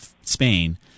Spain